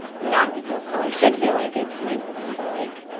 non-people of color should feel like it's made for them, but, like,